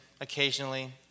occasionally